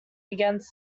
against